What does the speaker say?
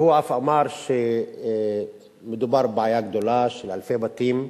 והוא אף אמר שמדובר בבעיה גדולה של אלפי בתים,